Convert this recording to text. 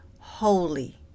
holy